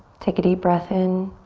take a deep breath in.